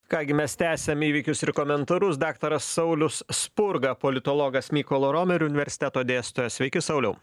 ką gi mes tęsiam įvykius ir komentarus daktaras saulius spurga politologas mykolo romerio universiteto dėstytojas sveiki sauliau